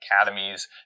academies